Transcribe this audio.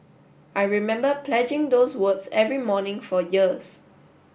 I remember pledging those words every morning for years